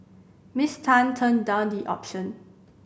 Miss Tan turned down the option